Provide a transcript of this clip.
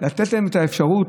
לתת להם את האפשרות,